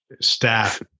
staff